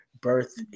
birth